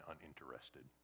uninterested